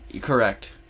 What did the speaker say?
Correct